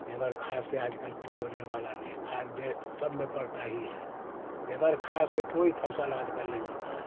बगैर खाद से आजकल कुछ होने वाला नहीं खाद बे सब में पड़ता ही है बगैर खाद से कोई फ़सल आजकल नइ होता है